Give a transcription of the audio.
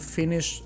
finish